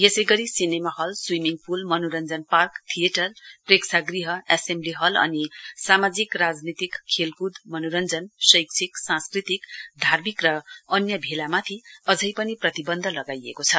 यसै गरि cinema hall swimming pool मनोरञ्जन पार्क थिएटर प्रेक्षागृह एसेम्बली हल अनि सामाजिक राजनीतिक खेलकुद मनोरञ्जन शैक्षिकसांस्कृतिक धार्मिक र अन्य भेलामाथि अझै प्रतिबन्ध लगाइएको छ